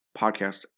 podcast